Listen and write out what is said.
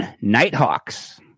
Nighthawks